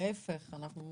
להיפך, אנחנו